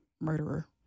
murderer